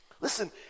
Listen